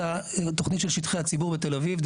תוכנית של שטחי הציבור בתל אביב.